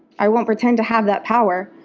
i won't pretend to have that power.